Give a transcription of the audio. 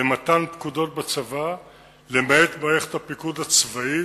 למתן פקודות בצבא למעט מערכת הפיקוד הצבאית,